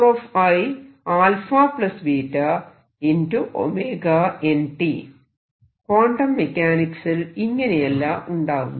quantum മെക്കാനിക്സിൽ ഇങ്ങനെയല്ല ഉണ്ടാവുന്നത്